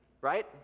right